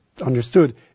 understood